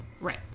right